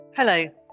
Hello